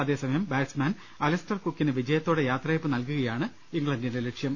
അതേസമയം batsman Alastair കുക്കിന് വിജയത്തോടെ യാത്രയയപ്പ് നൽകുകയാണ് ഇംഗ്ലണ്ടിന്റെ ലക്ഷ്യം